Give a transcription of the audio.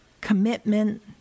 commitment